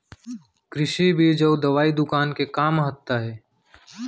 कृषि बीज अउ दवई दुकान के का महत्ता हे?